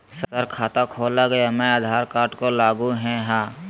Sir खाता खोला गया मैं आधार कार्ड को लागू है हां?